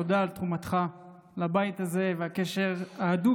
תודה על תרומתך לבית הזה ועל הקשר ההדוק